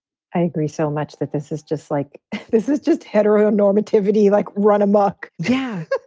i agree so much that this is just like this is just heteronormativity like run amok yeah,